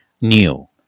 new